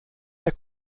der